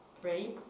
Three